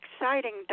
exciting